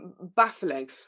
baffling